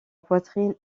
poitrine